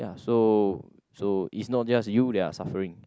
ya so so is not just you that are suffering